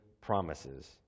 promises